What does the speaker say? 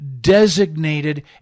designated